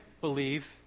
believe